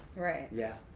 right. yeah.